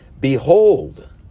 Behold